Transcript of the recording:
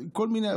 כל מיני.